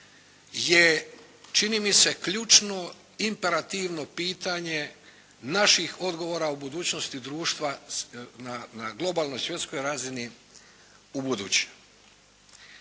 je čini mi se ključno imperativno pitanje naših odgovora o budućnosti društva na globalnoj svjetskoj razini u buduće.